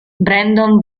brandon